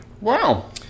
Wow